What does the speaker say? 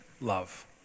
love